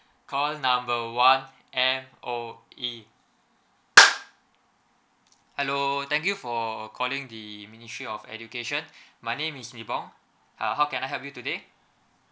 calls number one M_O_E hello thank you for calling the ministry of education my name is mebong err how can I help you today